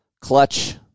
Clutch